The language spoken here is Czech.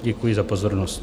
Děkuji za pozornost.